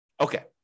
Okay